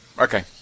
Okay